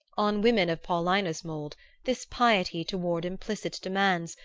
on women of paulina's mould this piety toward implicit demands,